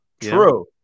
True